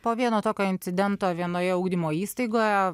po vieno tokio incidento vienoje ugdymo įstaigoje